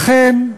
לכן,